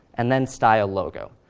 and then style logo.